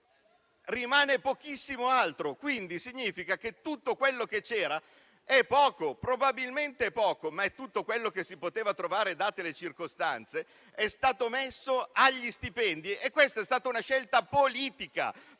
Rimane poco altro. Ciò significa che tutto quello che c'era è probabilmente poco, ma tutto quello che si poteva trovare date le circostanze è stato messo sugli stipendi. Questa è stata una scelta politica.